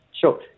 Sure